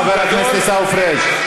חבר הכנסת עיסאווי פריג'.